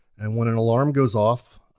and when an alarm goes off